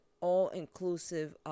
all-inclusive